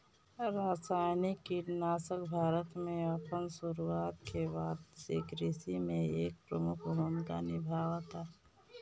रासायनिक कीटनाशक भारत में अपन शुरुआत के बाद से कृषि में एक प्रमुख भूमिका निभावता